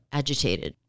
agitated